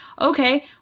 Okay